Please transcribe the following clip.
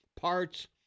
parts